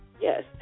Yes